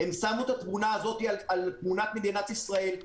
הם שמו את התמונה זאת על תמונת מדינת ישראל,